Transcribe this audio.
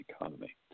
economy